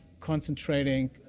concentrating